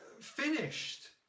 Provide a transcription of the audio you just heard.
finished